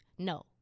No